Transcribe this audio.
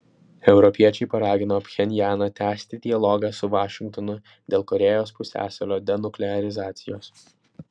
europiečiai paragino pchenjaną tęsti dialogą su vašingtonu dėl korėjos pusiasalio denuklearizacijos